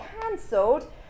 cancelled